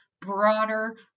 broader